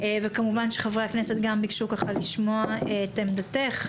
וכמובן שחברי הכנסת גם ביקשו ככה לשמוע את עמדתך.